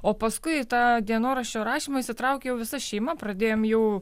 o paskui į tą dienoraščio rašymą įsitraukė jau visa šeima pradėjom jau